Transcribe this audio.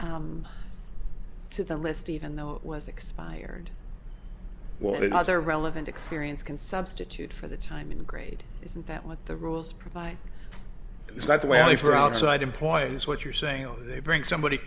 going to the list even though it was expired when i was a relevant experience can substitute for the time in grade isn't that what the rules provide is that the way only for outside employees what you're saying they bring somebody